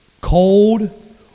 cold